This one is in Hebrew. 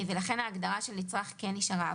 לכן ההגדרה "נצרך" כן נשארה.